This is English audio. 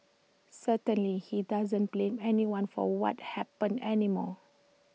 certainly he doesn't blame anyone for what happened anymore